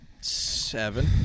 Seven